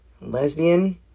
lesbian